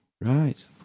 Right